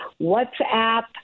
WhatsApp